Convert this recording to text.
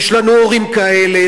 יש לנו הורים כאלה,